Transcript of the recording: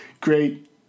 great